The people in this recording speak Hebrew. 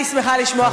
אני שמחה לשמוע.